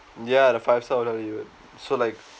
ya the five star hotel you would so like